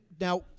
now